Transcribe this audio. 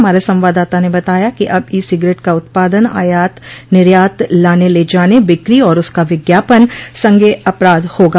हमारे संवाददाता ने बताया कि अब ई सिगरेट का उत्पादन आयात निर्यात लाने ले जाने बिक्री और उसका विज्ञापन संज्ञेय अपराध होगा